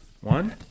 One